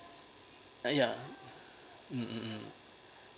yeah mm